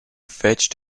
fetched